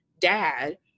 dad